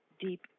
deep